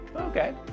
okay